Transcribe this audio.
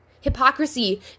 Hypocrisy